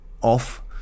off